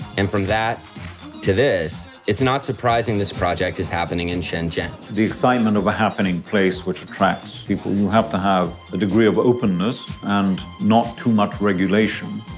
and from that to this, it's not surprising this project is happening in shenzhen. the excitement of a happening place which attracts people you have to have a degree of openness and not too much regulation.